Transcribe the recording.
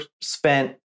spent